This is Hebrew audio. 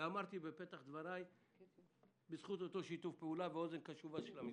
ואמרתי בפתח דבריי: בזכות אותו שיתוף פעולה ואוזן קשובה של המשרד.